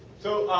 so,